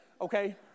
Okay